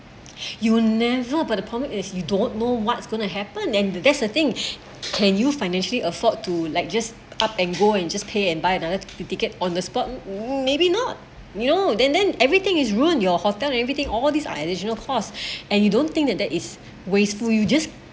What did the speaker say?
you will never but point is you don't know what's going to happen and that's the thing can you financially afford to like just up and go and just pay and buy another the tickets on the spot maybe not you know then then everything is ruin your hotel and everything all these are additional costs and you don't think that that is wasteful you just